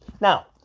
Now